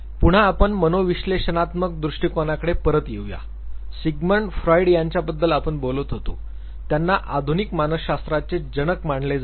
पुन्हा आपण मनोविश्लेषणात्मक दृष्टीकोणाकडे परत येऊया सिग्मंड फ्राईड यांच्याबद्दल आपण बोलत होतो त्यांना आधुनिक मानसशास्त्राचे जनक मानले जाते